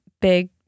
big